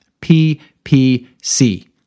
PPC